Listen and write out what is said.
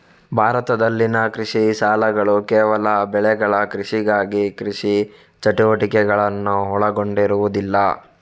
ಭಾರತದಲ್ಲಿನ ಕೃಷಿ ಸಾಲಗಳುಕೇವಲ ಬೆಳೆಗಳ ಕೃಷಿಗಾಗಿ ಕೃಷಿ ಚಟುವಟಿಕೆಗಳನ್ನು ಒಳಗೊಂಡಿರುವುದಿಲ್ಲ